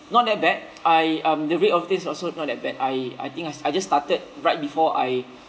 not that bad I um the rate of this also not that bad I I think I I just started right before I